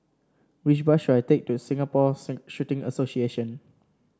which bus should I take to Singapore Shooting Association